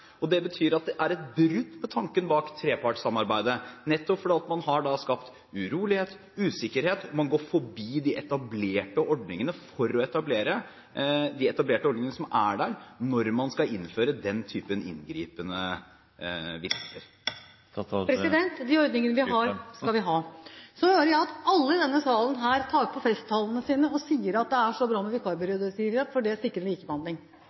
Det betyr at det er et brudd på tanken bak trepartssamarbeidet, nettopp fordi man har skapt urolighet og usikkerhet, og man går forbi de etablerte ordningene som er der, når man skal innføre den typen inngripende virkemidler. De ordningene vi har, skal vi ha. Så hører jeg at alle i denne salen tar fram festtalene sine og sier at det er så bra med vikarbyrådirektivet, for det